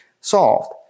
solved